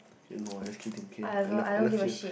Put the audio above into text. no lah just kidding okay I love I love you